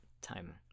time